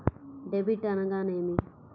Debit అనగానేమి?